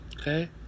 Okay